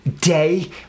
day